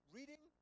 Reading